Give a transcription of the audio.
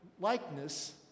likeness